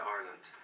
Ireland